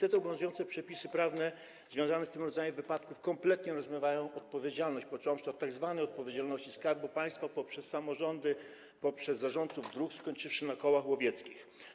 Niestety obowiązujące przepisy prawne związane z tym rodzajem wypadków kompletnie rozmywają odpowiedzialność, począwszy od tzw. odpowiedzialności Skarbu Państwa, poprzez samorządy, poprzez zarządców dróg, skończywszy na kołach łowieckich.